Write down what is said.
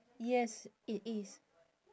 yes it is